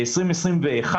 ב-2021